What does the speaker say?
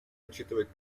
учитывать